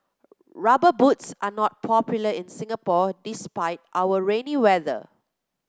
rubber boots are not popular in Singapore despite our rainy weather